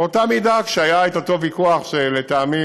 באותה מידה, כשהיה את אותו ויכוח, שלטעמי